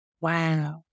Wow